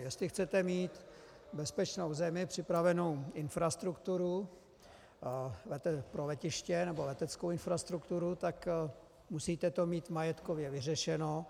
Jestli chcete mít bezpečnou zemi, připravenou infrastrukturu pro letiště, nebo leteckou infrastrukturu, musíte to mít majetkově vyřešeno.